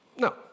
No